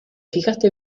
fijaste